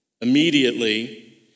Immediately